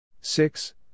Six